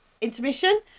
intermission